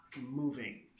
moving